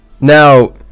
now